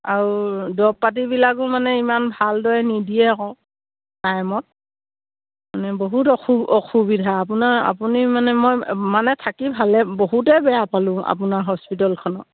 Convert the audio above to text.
আৰু দৰৱ পাতিবিলাকো মানে ইমান ভালদৰে নিদিয়ে আকৌ টাইমত মানে বহুত অসুবিধা আপোনাৰ আপুনি মানে মই মানে থাকি ভালে বহুতে বেয়া পালোঁ আপোনাৰ হস্পিটেলখনত